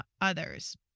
others